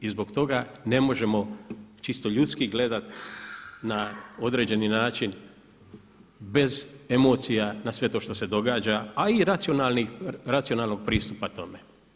I zbog toga ne možemo čisto ljudski gledat na određeni način bez emocija na sve to što se događa, a i racionalnog pristupa tome.